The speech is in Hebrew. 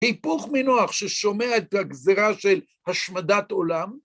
היפוך מנוח ששומע את הגזירה של השמדת עולם.